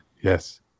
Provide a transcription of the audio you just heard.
yes